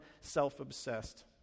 self-obsessed